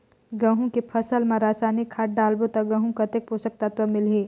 गंहू के फसल मा रसायनिक खाद डालबो ता गंहू कतेक पोषक तत्व मिलही?